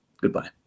Goodbye